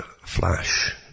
flash